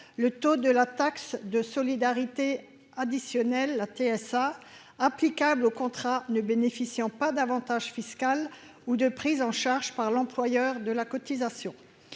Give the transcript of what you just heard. le taux de la taxe de solidarité additionnelle la TSA applicable au contrat ne bénéficiant pas d'Avantage fiscal ou de prise en charge par l'employeur de la cotisation,